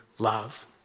Love